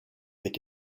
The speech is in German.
mit